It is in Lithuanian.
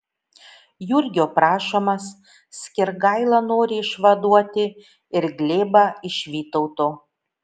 jurgio prašomas skirgaila nori išvaduoti ir glėbą iš vytauto